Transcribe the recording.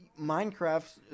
Minecraft